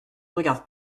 regardent